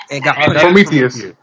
Prometheus